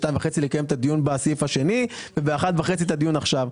לקיים את הדיון בסעיף השני ובשעה 13:30 את הדיון שאנחנו מקיימים עכשיו.